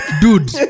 Dude